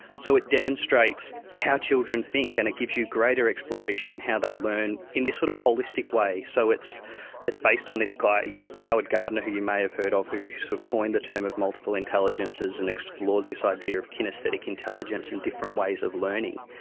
so it demonstrates how children think, and it gives you great ah exploration in how they learn in this sort of holistic way. so it's it's based on this guy, howard gardner, who you may have heard of who who so coined the term of multiple intelligences and explores this idea of kinaesthetic intelligence and different ways of learning.